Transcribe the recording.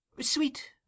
Sweet